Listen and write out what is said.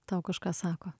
tau kažką sako